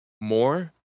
more